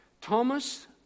thomas